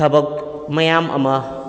ꯊꯕꯛ ꯃꯌꯥꯝ ꯑꯃ